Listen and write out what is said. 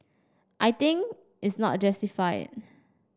I think is not justified